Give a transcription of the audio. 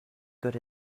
good